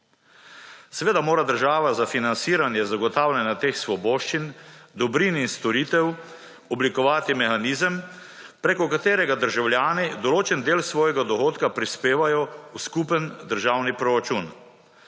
Seveda mora država za financiranje zagotavljanja teh svoboščin, dobrin in storitev oblikovati mehanizem, preko katerega državljani določen del svojega dohodka prispevajo v skupen državno proračun.